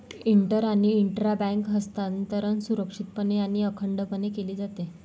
inter आणि intra bank हस्तांतरण सुरक्षितपणे आणि अखंडपणे केले जाते